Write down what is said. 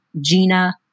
Gina